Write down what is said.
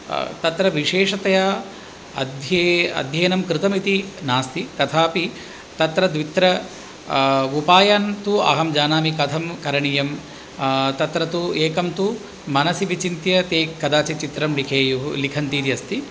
तत्र विशेषतया अध्ययनं कृतम् इति नास्ति तथापि तत्र द्वित्र उपायान् तु अहं जानामि कथं करणीयं तत्र तु एकं तु मनसि विचिन्त्य ते कदाचित् चित्रं लिखेयुः लिखन्ति इति अस्ति